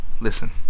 Listen